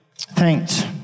Thanks